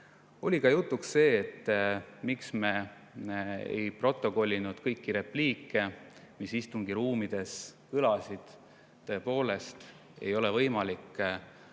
Oli ka jutuks see, et miks me ei protokollinud kõiki repliike, mis istungi ruumides kõlasid. Tõepoolest ei ole võimalik